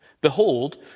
Behold